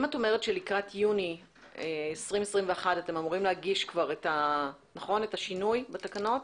את אומרת שלקראת יוני 2021 אתם אמורים להגיש כבר את השינוי בתקנות,